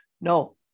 no